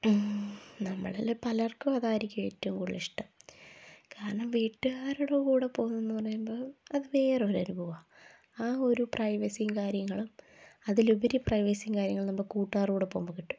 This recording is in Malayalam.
നമ്മളില് പലർക്കും അതായിരിക്കും ഏറ്റവും കൂടുതല് ഇഷ്ടം കാരണം വീട്ടുകാരുടെ കൂടെ പോകുന്നെന്ന് പറയുമ്പോള് അത് വേറൊരനുഭവമാണ് ആ ഒരു പ്രൈവസിയും കാര്യങ്ങളും അതിലുപരി പ്രൈവസിയും കാര്യങ്ങളും നമ്മുടെ കൂട്ടുകാരോടൊപ്പം പോകുമ്പോള് കിട്ടും